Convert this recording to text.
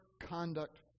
conduct